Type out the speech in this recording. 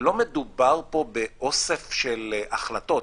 שלא מדובר פה באוסף של החלטות.